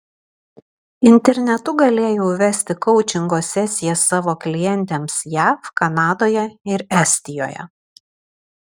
internetu galėjau vesti koučingo sesijas savo klientėms jav kanadoje ir estijoje